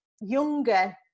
younger